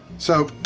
so,